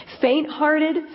Faint-hearted